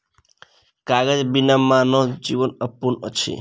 कागज बिना मानव जीवन अपूर्ण अछि